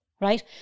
Right